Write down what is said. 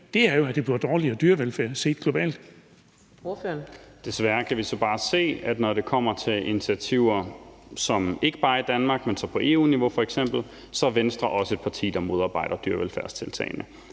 Ordføreren. Kl. 15:10 Carl Valentin (SF): Desværre kan vi så bare se, at når det kommer til initiativer ikke bare i Danmark, men på EU-niveau f.eks., er Venstre også et parti, der modarbejder dyrevelfærdstiltagene.